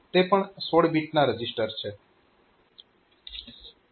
તે પણ 16 bit register છે